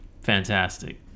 fantastic